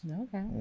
Okay